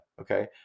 okay